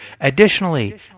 Additionally